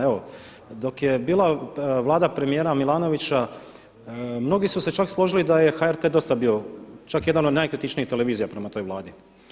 Evo dok je bila Vlada premijera Milanovića, mnogi su se čak složili da je HRT dosta bio, čak jedna od najkritičnijih televizija prema toj Vladi.